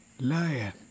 Lion